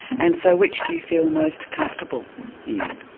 and so which do you feel most comfortable in?